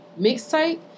mixtape